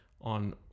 on